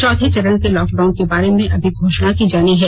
चौथे चरण के लॉकडाउन के बारे में अभी घोषणा की जानी है